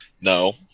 No